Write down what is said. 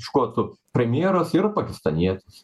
škotų premjeras yra pakistanietis